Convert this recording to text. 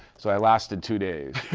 so i lasted two days.